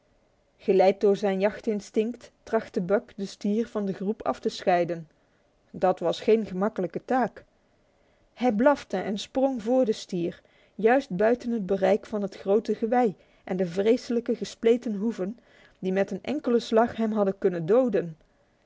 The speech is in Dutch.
geleid door zijn jachtinstinct trachtte buck den stier van de troep af te scheiden dat was geen gemakkelijke taak hij blafte en sprong vr den stier juist buiten het bereik van het grote gewei en de vreselijke gespleten hoeven die met een enkele slag hem hadden kunnen doden